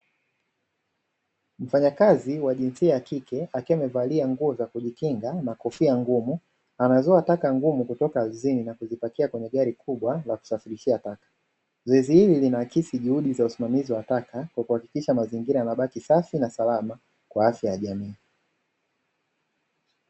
Mfanyakazi wa jinsia ya kike, akiwa amevalia nguo za kujikinga na kofia ngumu, anazoa taka ngumu kutoka ardhini na kuzipakia kwenye gari kubwa la kusafirishia taka, zoezi hili linakisi juhudi za usimamizi wa taka, kwa kuhakikisha mazingira yanabaki safi na salama kwa afya ya jamii.